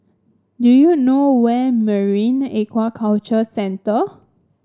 do you know where Marine Aquaculture Centre